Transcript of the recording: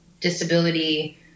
disability